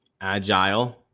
agile